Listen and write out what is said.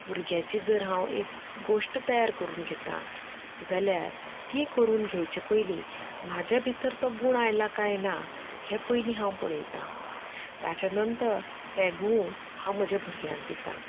भुरग्यांची जर हांव एक गोष्ट तयार करून घेता जाल्यार तें करून घेवचे पयलीं म्हजे भितर तो गूण आयला काय ना हें पयलीं हांव पळयतां ताच्या नंतर ते गूण हांव म्हज्या भुरग्यांक दितां